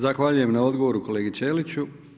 Zahvaljujem na odgovoru kolegi Ćeliću.